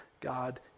God